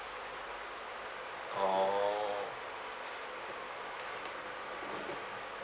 orh